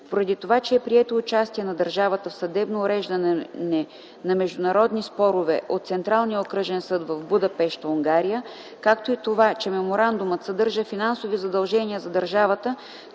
Поради това, че е прието участие на държавата в съдебно уреждане на международни спорове от Централния окръжен съд в Будапеща, Унгария, както и това, че Меморандумът съдържа финансови задължения за държавата,